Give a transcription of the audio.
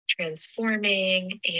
transforming